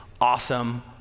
awesome